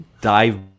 dive